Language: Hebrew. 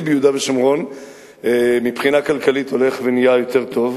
ביהודה ושומרון מבחינה כלכלית הולך ונהיה יותר טוב,